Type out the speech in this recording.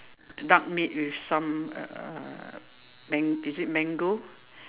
duck meat with some uh mang~ is it mango